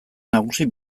nagusi